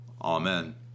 Amen